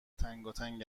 تنگاتنگ